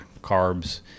carbs